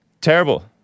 terrible